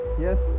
Yes